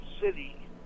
city